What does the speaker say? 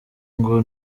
ngo